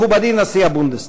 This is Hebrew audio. מכובדי נשיא הבונדסטאג,